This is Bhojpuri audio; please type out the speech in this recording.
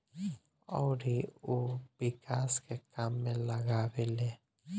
अउरी उ विकास के काम में लगावेले